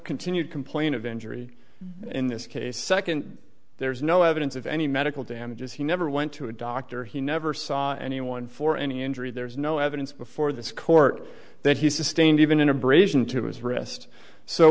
continued complaint of injury in this case second there's no evidence of any medical damages he never went to a doctor he never saw anyone for any injury there was no evidence before this court that he sustained even an abrasion to his wrist so